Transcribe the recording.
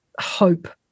hope